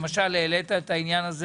למשל העלית את העניין הזה